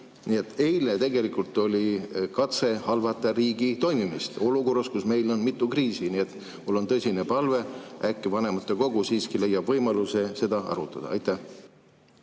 eile tegelikult oli katse halvata riigi toimimist – olukorras, kus meil on mitu kriisi. Nii et mul on tõsine palve: äkki vanematekogu siiski leiab võimaluse seda arutada. Aitäh,